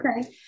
Okay